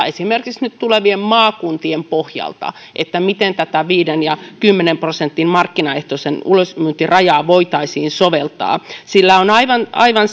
esimerkiksi nyt tulevien maakuntien pohjalta miten tätä viisi ja kymmenen prosentin markkinaehtoisen ulosmyynnin rajaa voitaisiin soveltaa sillä on aivan aivan